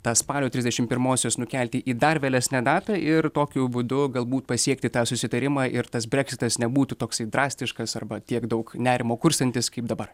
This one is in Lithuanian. tą spalio trisdešim pirmosios nukelti į dar vėlesnę datą ir tokiu būdu galbūt pasiekti tą susitarimą ir tas breksitas nebūtų toksai drastiškas arba tiek daug nerimo kurstantis kaip dabar